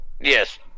Yes